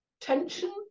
tension